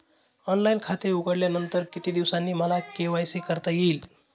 Online खाते उघडल्यानंतर किती दिवसांनी मला के.वाय.सी करता येईल?